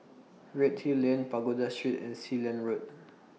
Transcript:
Redhill Lane Pagoda Street and Sealand Road